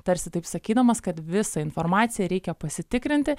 tarsi taip sakydamas kad visą informaciją reikia pasitikrinti